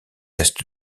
est